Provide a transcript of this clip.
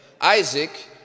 Isaac